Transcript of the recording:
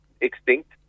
extinct